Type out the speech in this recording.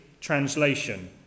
translation